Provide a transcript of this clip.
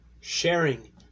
sharing